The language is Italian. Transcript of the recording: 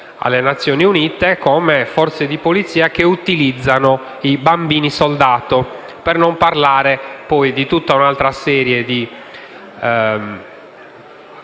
alle Nazioni Unite come forze che utilizzano i bambini soldato. Non parliamo poi di tutta un'altra serie di